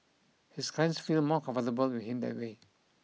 his clients feel more comfortable with him that way